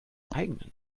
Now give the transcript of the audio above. eigenen